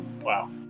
Wow